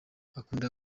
akunda